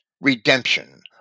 redemption